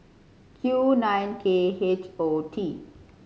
Q nine K H O T